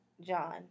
John